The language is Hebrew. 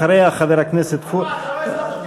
אחריה, חבר הכנסת פואד, על מה?